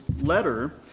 letter